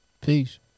Peace